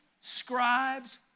scribes